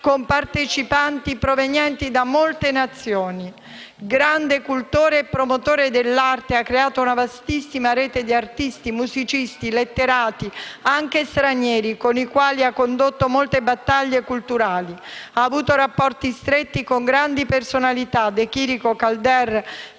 con partecipanti provenienti da molte nazioni. Grande cultore e promotore dell'arte, ha creato una vastissima rete di artisti, musicisti, letterati, anche stranieri, con i quali ha condotto molte battaglie culturali. Ha avuto rapporti stretti con grandi personalità: De Chirico e Calder